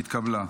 התקבלה.